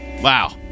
Wow